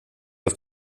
auf